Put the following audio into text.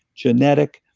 genetic,